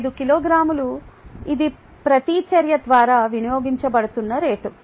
25 కిలోగ్రాములు ఇది ప్రతిచర్య ద్వారా వినియోగించబడుతున్న రేటు